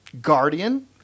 guardian